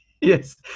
Yes